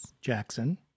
Jackson